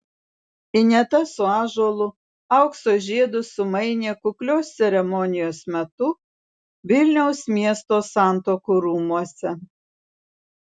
ineta su ąžuolu aukso žiedus sumainė kuklios ceremonijos metu vilniaus miesto santuokų rūmuose